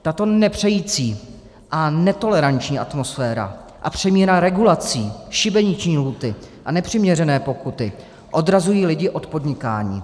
Tato nepřející a netoleranční atmosféra a přemíra regulací, šibeniční lhůty a nepřiměřené pokuty odrazují lidi od podnikání.